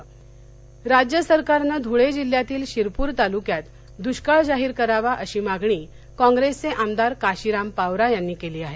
दष्काळ मागणी धळे राज्य सरकारनं धूळे जिल्ह्यातील शिरपूर तालुक्यात दुष्काळ जाहीर करावा अशी मागणी काँप्रेसचे आमदार काशिराम पावरा यांनी केली आहे